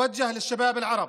(אומר דברים בשפה הערבית,